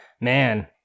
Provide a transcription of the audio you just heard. Man